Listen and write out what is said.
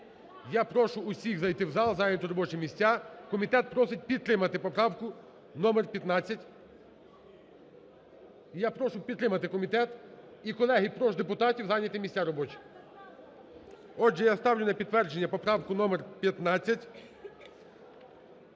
Я прошу всіх зайти в зал, зайняти робочі місця, комітет просить підтримати поправку номер 15, я прошу підтримати комітет. І, колеги, прошу депутатів зайняти місця робочі. Отже, я ставлю на підтвердження поправку номер 15,